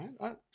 right